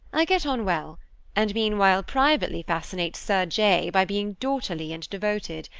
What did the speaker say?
i get on well and meanwhile privately fascinate sir j. by being daughterly and devoted.